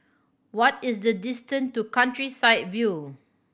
what is the distance to Countryside View